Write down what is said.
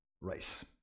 race